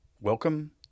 Welcome